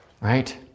Right